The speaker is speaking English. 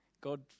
God